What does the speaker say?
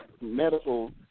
medical